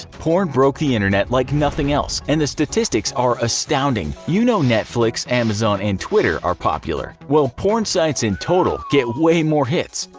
porn broke the internet like nothing else, and the statistics are astounding. you know netflix, amazon, and twitter are popular. well, porn sites in total get way more hits.